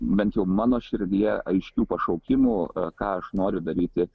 bent jau mano širdyje aiškių pašaukimų ką aš noriu daryti